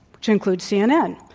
which includes cnn.